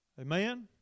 Amen